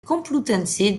complutense